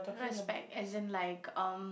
respect as in like um